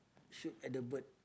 shoot at the bird